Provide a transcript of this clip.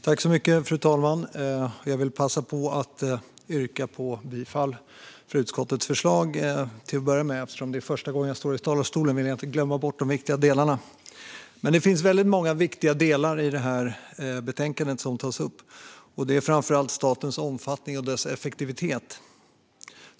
Fru talman! Jag vill till att börja med yrka bifall till utskottets förslag. Eftersom det är första gången jag står i talarstolen vill jag inte glömma bort denna viktiga del. Det finns väldigt många viktiga delar som tas upp i det här betänkandet, och det gäller framför allt statens omfattning och dess effektivitet.